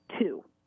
two